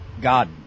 God